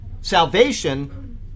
Salvation